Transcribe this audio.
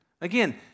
Again